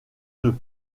deux